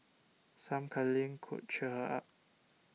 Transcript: some cuddling could cheer her up